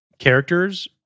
Characters